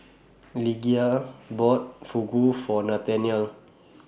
Lydia bought Fugu For Nathanael